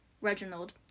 Reginald